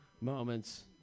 moments